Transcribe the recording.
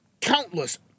countless